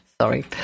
Sorry